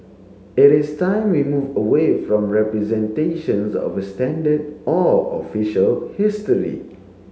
it is time we move away from representations of a standard or official history